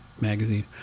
magazine